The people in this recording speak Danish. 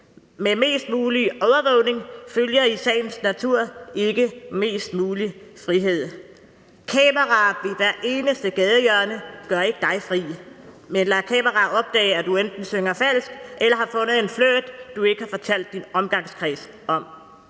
Med mest mulig overvågning følger i sagens natur ikke mest mulig frihed. Kameraer på hvert eneste gadehjørne gør dig ikke fri, men kameraer opfanger, at du enten synger falsk eller har fundet en flirt, du ikke har fortalt din omgangskreds om.